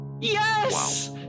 Yes